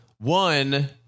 one